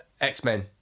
X-Men